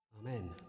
Amen